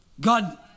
God